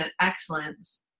excellence